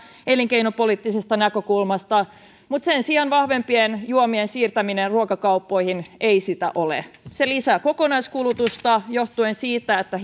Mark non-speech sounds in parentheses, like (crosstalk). elinkeinopoliittisesta näkökulmasta mutta sen sijaan vahvempien juomien siirtäminen ruokakauppoihin ei sitä ole se lisää kokonaiskulutusta johtuen siitä että (unintelligible)